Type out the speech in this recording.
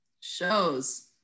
shows